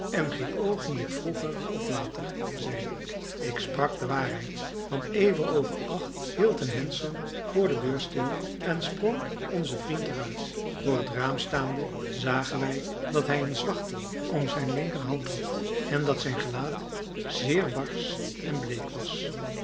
en geen oogenblik vroeger of later zeide ik ik sprak de waarheid want even over acht hield een hansom voor de deur stil en sprong onze vriend er uit voor het raam staande zagen wij dat hij een zwachtel om zijn linkerhand had en dat zijn gelaat zeer barsch en bleek was